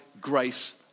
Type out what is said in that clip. grace